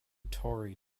tory